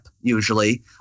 usually